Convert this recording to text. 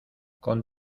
con